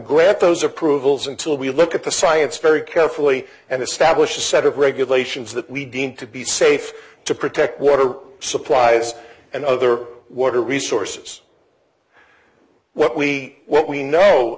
grant those approvals until we look at the science very carefully and establish a set of regulations that we deem to be safe to protect water supplies and other water resources what we what we know